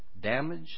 damage